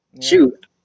Shoot